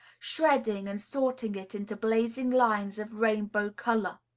shredding and sorting it into blazing lines of rainbow color.